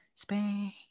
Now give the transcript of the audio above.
Spain